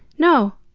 no.